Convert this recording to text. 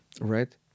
right